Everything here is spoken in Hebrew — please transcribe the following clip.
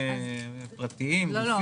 חוזרים פוטנציאליים שנמצאים בחו"ל ורוצים